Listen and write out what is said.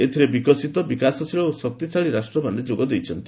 ଏଥିରେ ବିକଶିତ ବିକାଶଶୀଳ ଓ ଶକ୍ତିଶାଳୀ ରାଷ୍ଟ୍ରମାନେ ଯୋଗ ଦେଇଛନ୍ତି